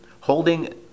holding